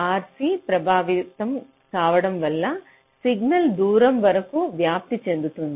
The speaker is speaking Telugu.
RC ప్రభావితం కావడం వల్ల సిగ్నల్స్ దూరం వరకు వ్యాప్తి చెందుతుంది